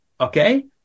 okay